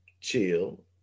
chill